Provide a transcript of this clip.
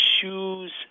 shoes